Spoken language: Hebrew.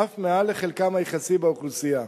אף מעל לחלקם היחסי באוכלוסייה.